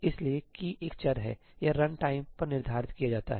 इसलिए की एक चर है यह रन टाइम पर निर्धारित किया जाता है